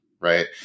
right